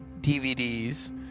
DVDs